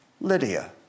Lydia